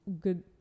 good